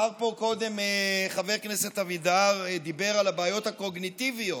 דיבר פה קודם חבר הכנסת אבידר על הבעיות הקוגניטיביות,